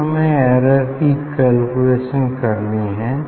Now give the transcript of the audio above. फिर हमें error calculation करनी है